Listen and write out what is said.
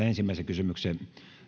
ensimmäisen kysymyksen